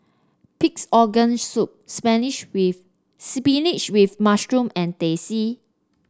Pig's Organ Soup with spinach with mushroom and Teh C